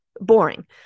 Boring